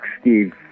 Steve